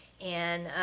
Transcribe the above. and